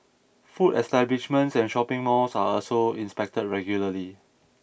food establishments and shopping malls are also inspected regularly